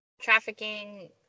trafficking